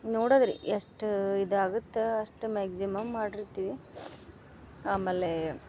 ನೋಡದ್ರಿ ಎಷ್ಟು ಇದಾಗತ್ತೆ ಅಷ್ಟು ಮ್ಯಾಗ್ಸಿಮಮ್ ಮಾಡಿರ್ತೀವಿ ಆಮೇಲೆ